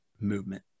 movement